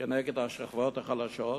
כנגד השכבות החלשות,